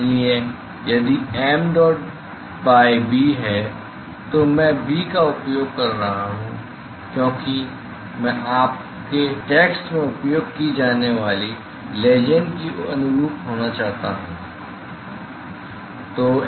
इसलिए यदि mdot by b है तो मैं b का उपयोग कर रहा हूं क्योंकि मैं आपके टैक्स्ट में उपयोग की जाने वाली लेजेन्ड के अनुरूप होना चाहता हूं